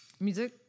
music